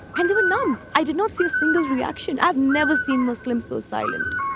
and they were numb. i did not see a single reaction. i've never seen muslims so silent.